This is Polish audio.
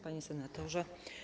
Panie Senatorze!